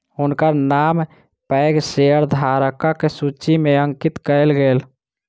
हुनकर नाम पैघ शेयरधारकक सूचि में अंकित कयल गेल